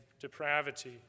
depravity